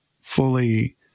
fully